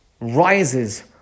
rises